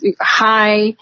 high